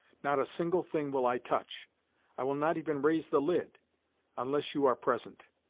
not a single thing will i touch i will not even raise the lid unless you are present.